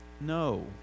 No